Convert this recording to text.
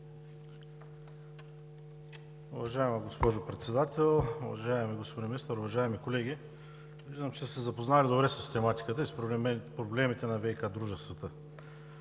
Уважаема госпожо Председател, уважаеми господин Министър, уважаеми колеги! Виждам, че сте се запознали добре с тематиката и проблемите на ВиК дружествата.